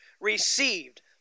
received